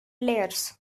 layers